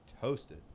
toasted